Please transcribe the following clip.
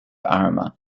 arima